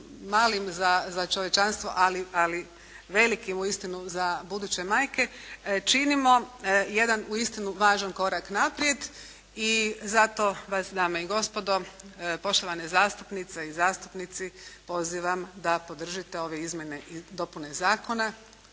malim za čovječanstvo, ali velikim uistinu za buduće majke, činimo jedan uistinu važan korak naprijed. I zato vas, dame i gospodo, poštovane zastupnice i zastupnici pozivam da podržite ove Izmjene i dopune zakona